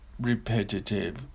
repetitive